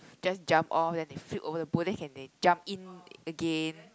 just jump off then they flip over the boat then can they jump in again